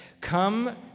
come